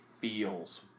feels